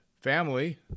family